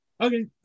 Okay